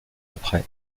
après